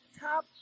top